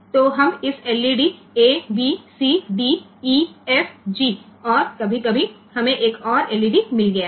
तो हम इस LED A B C D E F G और कभी कभी हमे एक और एलईडी मिल गया है